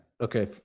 okay